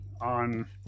on